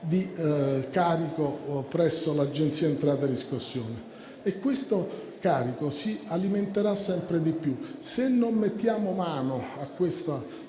di carico presso l'Agenzia delle entrate-riscossione e questo carico si alimenterà sempre di più. Se non mettiamo mano a questo